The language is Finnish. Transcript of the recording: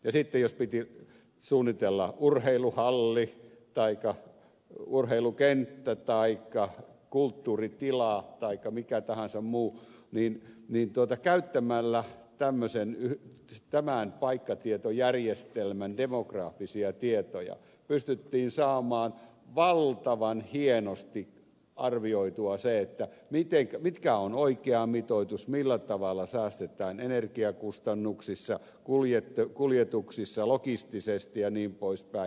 ja sitten jos piti suunnitella urheiluhalli taikka urheilukenttä taikka kulttuuritila taikka mikä tahansa muu niin käyttämällä tämän paikkatietojärjestelmän demografisia tietoja pystyttiin saamaan valtavan hienosti arvioiduksi se mikä on oikea mitoitus millä tavalla säästetään energiakustannuksissa kuljetuksissa logistisesti ja niin pois päin